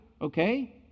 okay